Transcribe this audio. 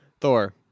Thor